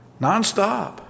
nonstop